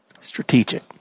Strategic